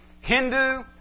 Hindu